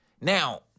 Now